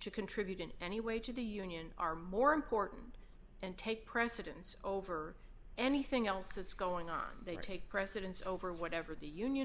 to contribute in any way to the union are more important and take precedence over anything else that's going on they take precedence over whatever the union